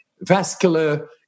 vascular